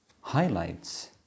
highlights